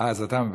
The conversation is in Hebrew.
אז אתה מבקש.